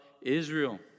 Israel